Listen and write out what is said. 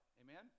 Amen